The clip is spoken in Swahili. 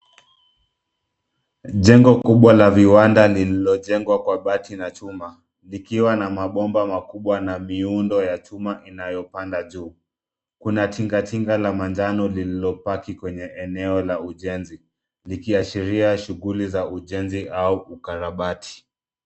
Jengo kubwa la viwanda lililojengwa kwa bati na chuma likiwa na mabomba makubwa na miundo ya chuma inayopanda juu, kuna tinga tinga la manjano lililopaki kwenye eneo la ujenzi likiashiria shughuli za ujenzi au ukarabati.